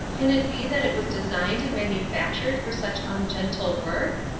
can it be that it was designed and manufactured for such ungentle work?